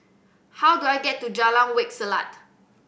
how do I get to Jalan Wak Selat